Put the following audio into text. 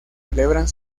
celebran